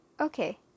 Okay